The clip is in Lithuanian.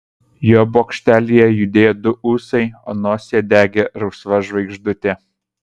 jo bokštelyje judėjo du ūsai o nosyje degė rausva žvaigždutė